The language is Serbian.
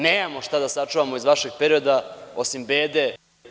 Nemamo šta da sačuvamo iz vašeg perioda osim bede.